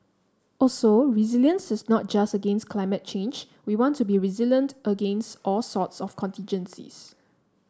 also resilience is not just against climate change we want to be resilient against all sorts of contingencies